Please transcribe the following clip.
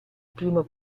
primo